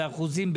באחוזים,